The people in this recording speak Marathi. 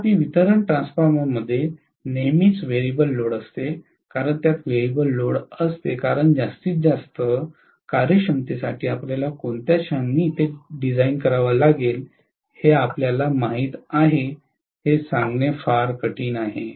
तथापि वितरण ट्रान्सफॉर्मरमध्ये नेहमीच व्हेरिएबल लोड असते कारण त्यात व्हेरिएबल लोड असते कारण जास्तीत जास्त कार्यक्षमतेसाठी आपल्याला कोणत्या क्षणी ते डिझाइन करावे लागेल हे आपल्याला माहित आहे हे सांगणे फार कठीण आहे